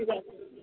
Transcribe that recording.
ঠিক আছে